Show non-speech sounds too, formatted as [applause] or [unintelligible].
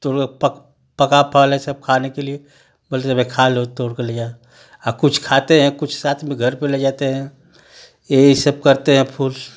तूलो पक पका फल है सब खाने के लिए [unintelligible] खा लो तोड़ कर ले जाओ कुछ खाते हैं कुछ साथ में घर पे ले जाते हैं यही सब करते हैं फूल